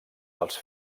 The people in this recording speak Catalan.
dels